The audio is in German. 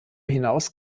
hinaus